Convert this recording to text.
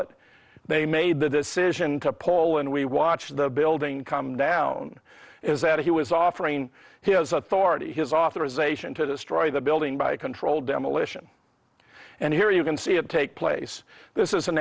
it they made the decision to pull and we watched the building come down is that he was offering his authority his authorization to destroy the building by controlled demolition and here you can see it take place this is an